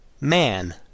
man